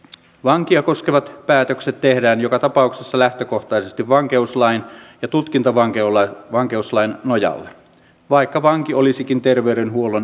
vankia koskevat päätökset tehdään joka tapauksessa lähtökohtaisesti vankeuslain ja tutkintavankeuslain nojalla vaikka vanki olisikin terveydenhuollon yksikössä